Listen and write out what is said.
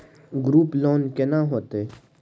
Group loan केना होतै?